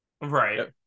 right